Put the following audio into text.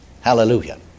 Hallelujah